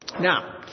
Now